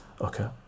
okay